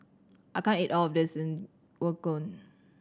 I can't eat all of this Gyudon